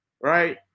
right